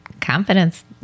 confidence